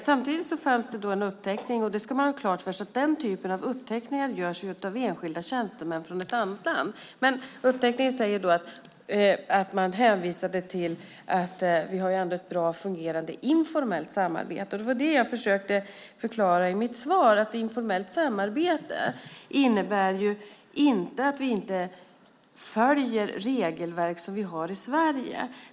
Samtidigt fanns det en uppteckning - och man ska ha klart för sig att den typen av uppteckningar görs av enskilda tjänstemän från ett annat land - där man hänvisade till att vi har ett bra fungerande informellt samarbete. Jag försökte förklara i mitt svar att informellt samarbete inte innebär att vi inte följer de regelverk som vi har i Sverige.